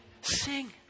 Sing